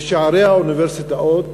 ושערי האוניברסיטאות